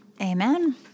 Amen